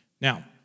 Now